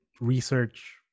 research